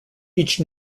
each